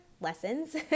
lessons